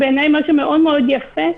בעיניי מה שמאוד יפה,